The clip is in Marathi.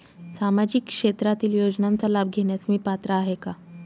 सामाजिक क्षेत्रातील योजनांचा लाभ घेण्यास मी पात्र आहे का?